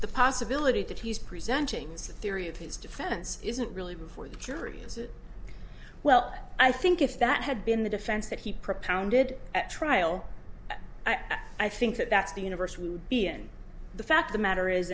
the possibility that he's presenting the theory of his defense isn't really before the jury as well i think if that had been the defense that he propounded at trial i think that that's the universe we would be in the fact the matter is